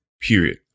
period